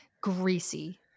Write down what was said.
greasy